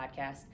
podcast